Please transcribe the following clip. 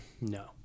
No